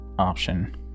option